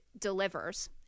delivers